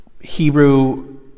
Hebrew